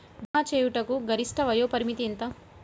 భీమా చేయుటకు గరిష్ట వయోపరిమితి ఎంత?